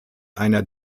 einer